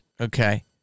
Okay